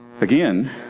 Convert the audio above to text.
again